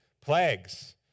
plagues